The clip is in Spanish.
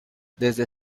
desde